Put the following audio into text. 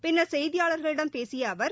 பின்னர் செய்தியாளர்களிடம் பேசிய அவர்